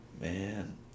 Man